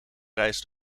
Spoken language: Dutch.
reis